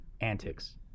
antics